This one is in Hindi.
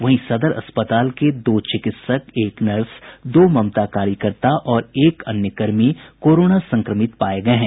वहीं सदर अस्पताल के दो चिकित्सक एक नर्स दो ममता कार्यकर्ता और एक अन्य कर्मी कोरोना संक्रमित पाये गये हैं